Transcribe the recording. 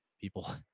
people